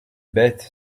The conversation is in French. bête